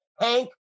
Hank